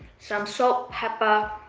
some salt, pepper,